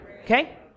okay